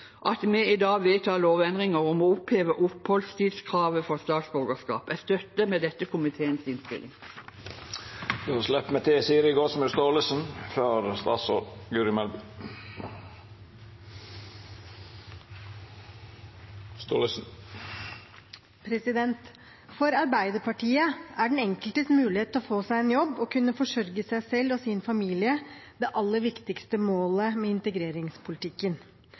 at vi i dag vedtar lovendringer om å oppheve oppholdstidskravet for statsborgerskap. Jeg støtter med dette komiteens innstilling. For Arbeiderpartiet er den enkeltes mulighet til å få seg en jobb og kunne forsørge seg selv og sin familie det aller viktigste målet med integreringspolitikken.